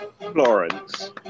Florence